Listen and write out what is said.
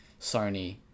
Sony